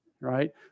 right